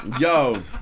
Yo